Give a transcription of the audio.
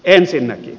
ensinnäkin